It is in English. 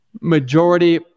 majority